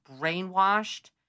brainwashed